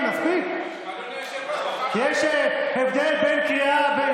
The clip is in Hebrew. תתביישו לכם.